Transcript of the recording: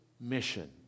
mission